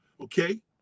okay